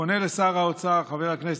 עכשיו, כשיעבור הנורבגי,